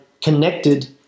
connected